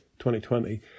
2020